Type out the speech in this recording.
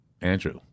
Andrew